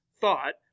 thought